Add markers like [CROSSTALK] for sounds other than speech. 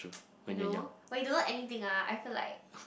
[NOISE] you know or you don't know anything ah I feel like